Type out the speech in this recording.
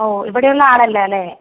ഓ ഇവിടെ ഉള്ള ആൾ അല്ലല്ലേ